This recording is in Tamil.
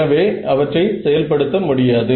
எனவே அவற்றை செயல் படுத்த முடியாது